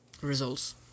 results